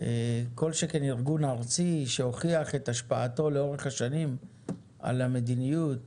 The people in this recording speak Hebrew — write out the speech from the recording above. כל שכן ארגון ארצי שהוכיח את השפעתו לאורך השנים על המדיניות